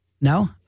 No